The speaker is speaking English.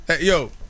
Yo